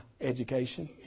education